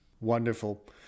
Wonderful